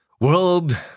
World